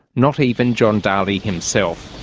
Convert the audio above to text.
not even john dalli himself.